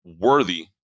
worthy